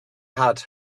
had